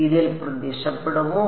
ഇതിൽ പ്രത്യക്ഷപ്പെടുമോ